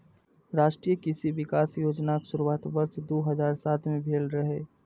राष्ट्रीय कृषि विकास योजनाक शुरुआत वर्ष दू हजार सात मे भेल रहै